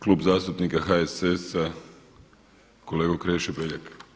Klub zastupnika HSS-a, kolega Krešo Beljak.